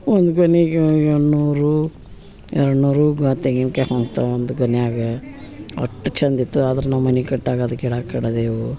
ಒಂದು ಗೊನೆಗೆ ಎ ನೂರು ಎರಡುನೂರು ಗ ತೆಂಗಿನ್ಕಾಯಿ ಹೊಂದ್ತಾವ್ ಒಂದು ಗೊನೆಯಾಗ ಅಷ್ಟ್ ಚಂದ ಇತ್ತು ಆದ್ರೆ ನಮ್ಮ ಮನೆ ಕಟ್ಟಾಗ ಅದು ಗಿಡ ಕಡಿದೆವು